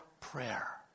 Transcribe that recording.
prayer